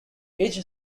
each